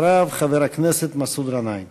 אחריו, חבר הכנסת מסעוד גנאים.